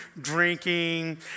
drinking